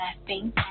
laughing